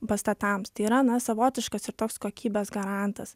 pastatams tai yra na savotiškas ir toks kokybės garantas